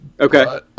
okay